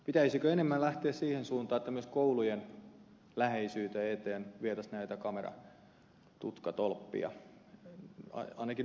pitäisikö enemmän lähteä siihen suuntaan että myös koulujen läheisyyteen ja eteen vietäisiin näitä kameratutkatolppia